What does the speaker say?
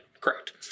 Correct